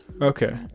okay